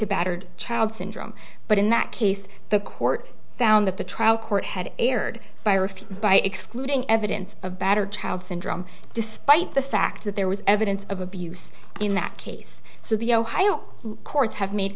to battered child syndrome but in that case the court found that the trial court had erred by rift by excluding evidence of battered child syndrome despite the fact that there was evidence of abuse in that case so the ohio courts have made